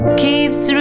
keeps